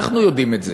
אנחנו יודעים את זה.